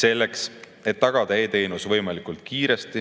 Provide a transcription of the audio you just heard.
Selleks, et tagada e‑teenus võimalikult kiiresti,